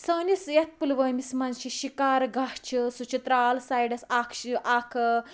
سٲنِس یتھ پُلوٲمِس مَنٛز چھِ شِکار گاہ چھِ سُہ چھِ ترال سایڈَس اکھ اکھ